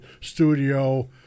studio